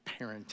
parenting